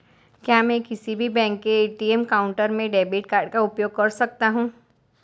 क्या मैं किसी भी बैंक के ए.टी.एम काउंटर में डेबिट कार्ड का उपयोग कर सकता हूं?